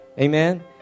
Amen